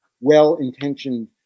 well-intentioned